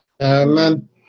Amen